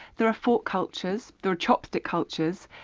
there are fork cultures, there are chopstick cultures,